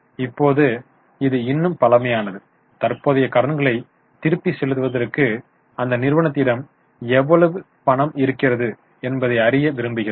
இப்போது இது இன்னும் பழமையானது தற்போதைய கடன்களை திருப்பிச் செலுத்துவதற்கு அந்த நிறுவனத்திடம் எவ்வளவு பணம் இருக்கிறது என்பதை அறிய விரும்புகிறோம்